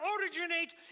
originate